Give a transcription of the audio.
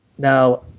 Now